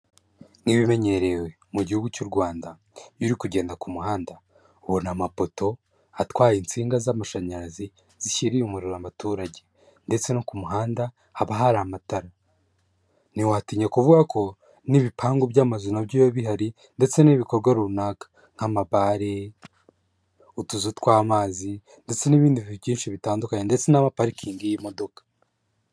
Nk'ibimenyerewe, mu gihugu cy'u Rwanda, iyo uri kugenda ku muhanda ubona amapoto, atwaye intsinga z'amashanyarazi, zishyiriye umuriro abaturage, ndetse no ku muhanda haba hari amatara, ntiwatinya kuvuga ko n'ibipangu by'amazu nabyo biba bihari, ndetse n'ibikorwa runaka, nk'ama bare, utuzu tw'amazi, ndetse n'ibindi byinshi bitandukanye, ndetse n'ama parikingi y'imodoka.